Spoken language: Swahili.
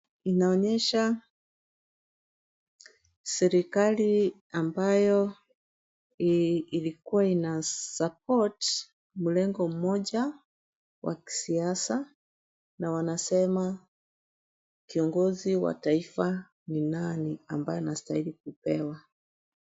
Inaonyesha serikali ambayo ilikuwa ina support mrengo mmoja wa kisiasa na wanasema kiongozi wa taifa ni nani ambaye anastahili kupewa.